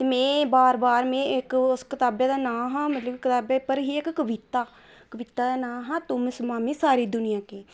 में बार बार में इक्क कताबै दा नांऽ हा ते कताबै पर ही इक्क कविता कविता दा नांऽ हा तुम शमामी सारी दुनियां की